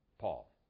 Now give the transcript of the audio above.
Paul